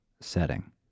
setting